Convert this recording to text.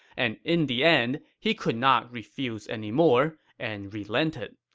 and in the end, he could not refuse anymore and relented.